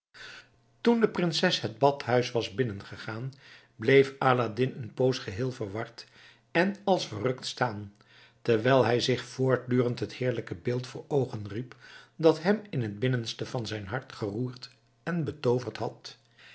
toen de prinses het badhuis was binnengegaan bleef aladdin een poos geheel verward en als verrukt staan terwijl hij zich voortdurend het heerlijke beeld voor oogen riep dat hem in het binnenste van zijn hart geroerd en betooverd had